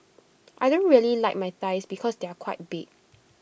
I don't really like my thighs because they are quite big